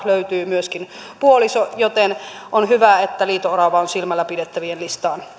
löytyy myöskin puoliso joten on hyvä että liito orava on silmällä pidettävien listaan